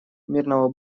мирного